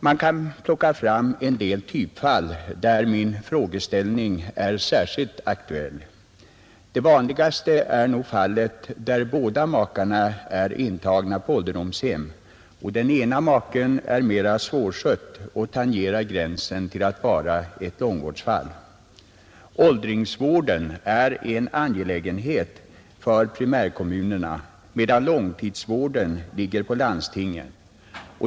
Man kan plocka fram en del typfall, där min frågeställning är särskilt aktuell. Det vanligaste är nog fallet där båda makarna är intagna på ålderdomshem och den ena maken är mera svårskött och tangerar gränsen till att vara ett långvårdsfall. Åldringsvården är en angelägenhet för primärkommunerna, medan långtidsvården ligger på landstingen.